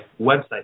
website